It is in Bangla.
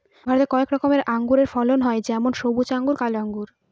ভারতে কয়েক রকমের আঙুরের ফলন হয় যেমন সবুজ আঙ্গুর, কালো আঙ্গুর